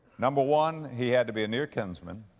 number one, he had to be a near kinsman,